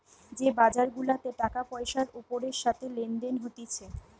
যে বাজার গুলাতে টাকা পয়সার ওপরের সাথে লেনদেন হতিছে